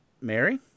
Mary